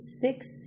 six